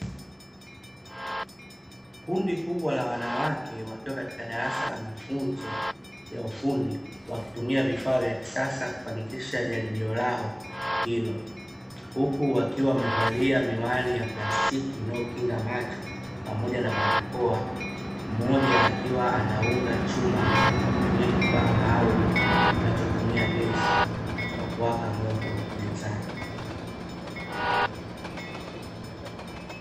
Kundi kubwa la wanawake wakiwa katika darasa mafunzo ya ufundi wakitumia vifaa vya kisasa kufanikisha jaribio lao hilo. Huku wakiwa wamevalia miwani ya plastiki inayokinga macho pamoja na barakoa. Mmoja akiwa anaunga chuma kwa kutumia kifaa maalumu kinachotumia gesi kwa kuwaka moto mezani.